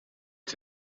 het